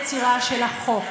יצירה של החוק.